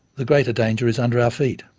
the greater danger is under our feet.